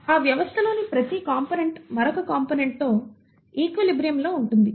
ఆ వ్యవస్థలోని ప్రతి కాంపోనెంట్ మరొక కాంపోనెంట్ తో ఈక్విలిబ్రియంలో ఉంటుంది